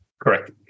Correct